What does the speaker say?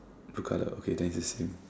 colour okay then it is the same